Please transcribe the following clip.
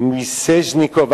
מיסז'ניקוב.